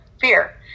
fear